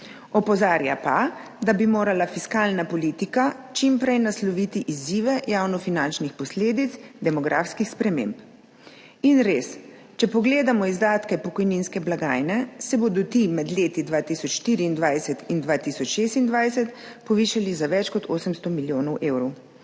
Opozarja pa, da bi morala fiskalna politika čim prej nasloviti izzive javnofinančnih posledic demografskih sprememb. In res, če pogledamo izdatke pokojninske blagajne, se bodo ti med leti 2024 in 2026 povišali za več kot 800 milijonov evrov.